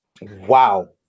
Wow